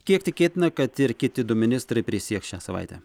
kiek tikėtina kad ir kiti du ministrai prisieks šią savaitę